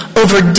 over